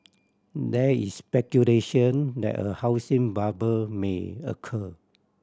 there is speculation that a housing bubble may occur